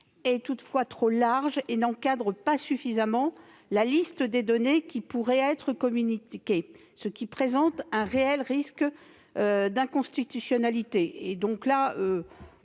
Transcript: et qu'il n'encadre pas suffisamment la liste des données qui pourraient être communiquées, ce qui présente un réel risque d'inconstitutionnalité.